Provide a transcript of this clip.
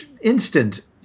instant